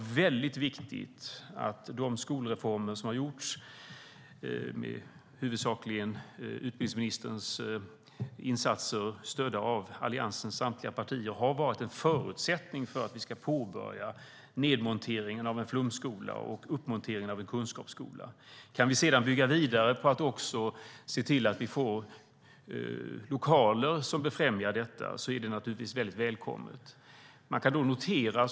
De skolreformer som har genomförts, huvudsakligen genom utbildningsministerns insatser stödda av Alliansens samtliga partier, har varit en förutsättning för att vi kunde påbörja nedmonteringen av en flumskola och uppmonteringen av en kunskapsskola. Kan vi sedan bygga vidare och också se till att vi får lokaler som befrämjar detta är det naturligtvis välkommet.